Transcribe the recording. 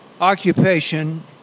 occupation